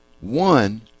One